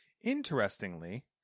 Interestingly